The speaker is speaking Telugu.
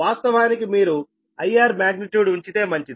వాస్తవానికి మీరు I R మాగ్నిట్యూడ్ ఉంచితే మంచిది